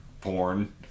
porn